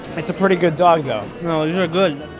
it's a pretty good dog, though no. these are ah good